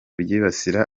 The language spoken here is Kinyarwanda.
byibasira